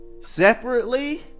separately